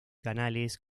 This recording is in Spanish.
canales